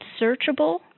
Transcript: searchable